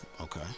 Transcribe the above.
Okay